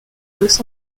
los